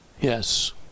yes